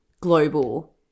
global